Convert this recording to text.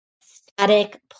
static